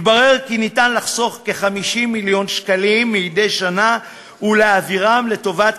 התברר כי אפשר לחסוך כ-50 מיליון שקלים מדי שנה ולהעבירם לטובת